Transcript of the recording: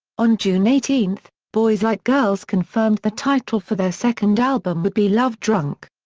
on june eighteen, boys like girls confirmed the title for their second album would be love drunk.